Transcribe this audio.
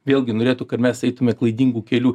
vėlgi norėtų kad mes eitume klaidingu keliu